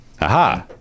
Aha